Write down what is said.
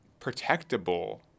protectable